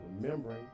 remembering